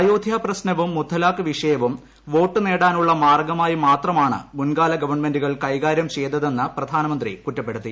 അയോധ്യ പ്രശ്നവുംമുത്തലാഖ് വിഷയവും വോട്ടുനേടാനുള്ള മാർഗ്ഗമായി മാത്രമാണ് മുൻകാല ഗവൺമെന്റുകൾ കൈകാര്യം ചെയ്തതെന്ന് പ്രധാനമന്ത്രി കുറ്റപ്പെടുത്തി